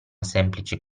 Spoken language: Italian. semplice